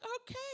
okay